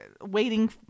waiting